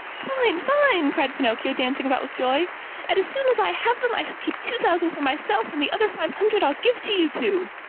fine! fine! cried pinocchio, dancing about with joy. and as soon as i have them, i shall keep two thousand for myself and the other five hundred i'll give to you two.